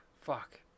Fuck